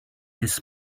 this